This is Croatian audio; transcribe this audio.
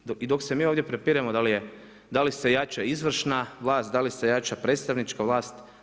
I dok se mi ovdje prepiremo da li se jača izvršna vlast, da li se jača predstavnička vlast.